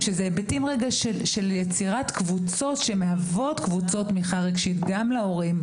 שזה היבטים של יצירת קבוצות שמהוות קבוצות תמיכה רגשית גם להורים,